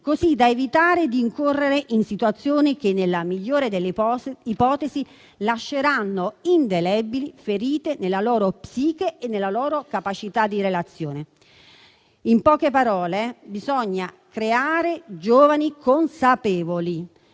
così da evitare di incorrere in situazioni che, nella migliore delle ipotesi, lasceranno indelebili ferite nella loro psiche e nella loro capacità di relazione. In poche parole, bisogna creare giovani consapevoli.